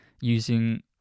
using